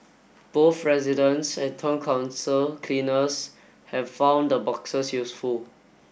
both residents and Town Council cleaners have found the boxes useful